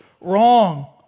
wrong